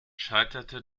scheiterte